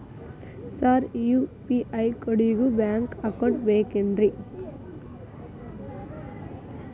Sir UPI ಕೋಡಿಗೂ bank account ಬೇಕೆನ್ರಿ?